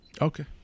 Okay